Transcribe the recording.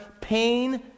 pain